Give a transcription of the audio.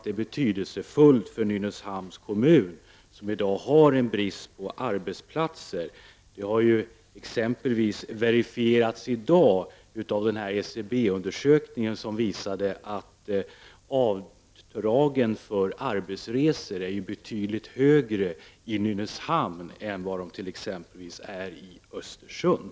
Det är betydelsefullt för Nynäshamns kommun, som i dag har brist på arbetsplatser. Det har exempelvis verifierats i dag av en SCB-undersökning som visade att avdragen för arbetsresor är betydligt högre i Nynäshamn än vad de exempelvis är i Östersund.